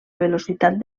velocitat